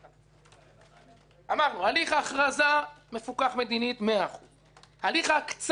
אמרנו: הליך ההכרזה מפוקח מדינית 100%. הליך ההקצאה,